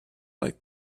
like